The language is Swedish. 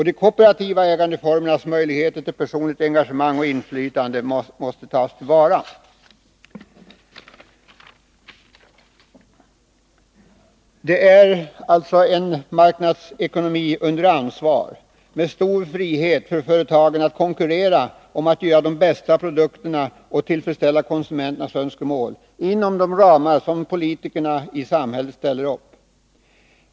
De kooperativa ägandeformernas möjligheter till personligt engagemang och inflytande måste tas till vara.” Det är alltså fråga om en marknadsekonomi under ansvar med stor frihet för företagen att konkurrera om att göra de bästa produkterna och tillfredsställa konsumenternas önskemål inom de ramar som politikerna i samhället ställer upp.